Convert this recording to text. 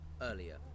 earlier